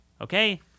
okay